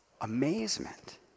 amazement